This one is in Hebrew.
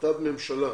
החלטת ממשלה